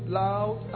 loud